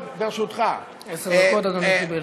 ברשותך, עשר דקות אדוני קיבל.